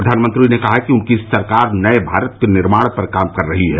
प्रधानमंत्री ने कहा कि उनकी सरकार नए भारत के निर्माण पर काम कर रही है